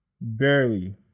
barely